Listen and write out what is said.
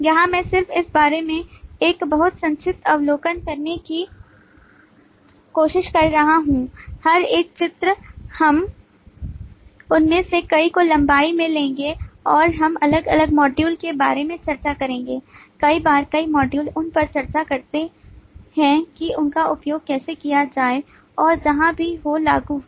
यहाँ मैं सिर्फ इस बारे में एक बहुत संक्षिप्त अवलोकन करने की कोशिश कर रहा हूँ कि हर एक चित्र हम उनमें से कई को लंबाई में लेंगे और हम अलग अलग मॉड्यूल के बारे में चर्चा करेंगे कई बार कई मॉड्यूल उन पर चर्चा करते हैं कि उनका उपयोग कैसे किया जाए और जहाँ भी हो लागू हो